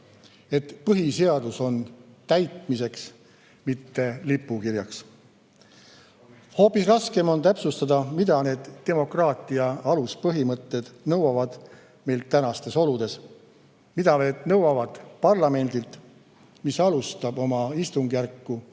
et põhiseadus on täitmiseks, mitte lipukirjaks. Hoopis raskem on täpsustada, mida need demokraatia aluspõhimõtted nõuavad meilt tänastes oludes, mida need nõuavad parlamendilt, mis alustab oma istungjärku